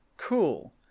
Cool